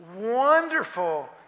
wonderful